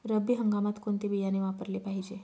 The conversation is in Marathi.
रब्बी हंगामात कोणते बियाणे वापरले पाहिजे?